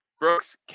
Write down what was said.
Brooks